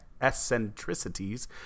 eccentricities